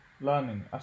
learning